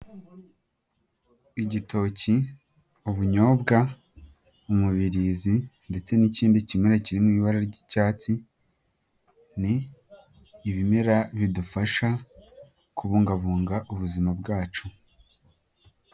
Igitoki, ubunyobwa, umubirizi ndetse n'ikindi kimera kiri mu ibara ry'icyatsi ni ibimera bidufasha kubungabunga ubuzima bwacu.